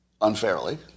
unfairly